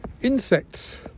Insects